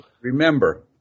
Remember